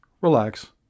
relax